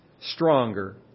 stronger